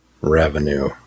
revenue